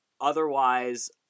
otherwise